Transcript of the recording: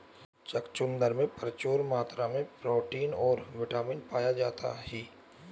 चुकंदर में प्रचूर मात्रा में प्रोटीन और बिटामिन पाया जाता ही